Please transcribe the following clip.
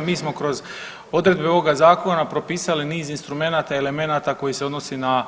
Mi smo kroz odredbe ovoga Zakona propisali niz instrumenata i elemenata koji se odnosi na